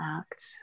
Act